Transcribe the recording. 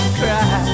cry